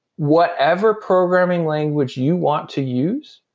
whatever programming language you want to use,